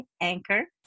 Anchor